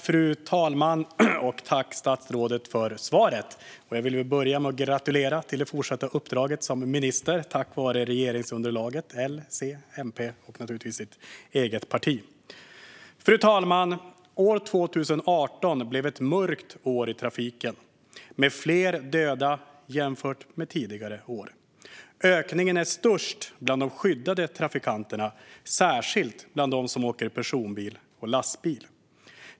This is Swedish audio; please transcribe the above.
Fru talman! Tack, statsrådet, för svaret! Jag vill börja med att gratulera till det fortsatta uppdraget som minister, tack vare regeringsunderlaget L, C, MP och naturligtvis ditt eget parti. Fru talman! År 2018 blev ett mörkt år i trafiken med fler döda än tidigare år. Ökningen är störst bland de skyddade trafikanterna, särskilt bland dem som åker personbil och lastbil.